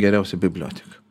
geriausią biblioteką